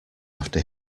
after